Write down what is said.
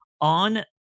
on